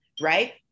right